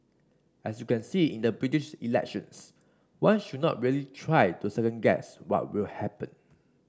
as you can see in the British elections one should not really try to second guess what will happen